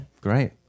great